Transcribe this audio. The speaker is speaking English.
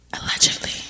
Allegedly